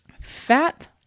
Fat